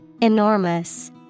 Enormous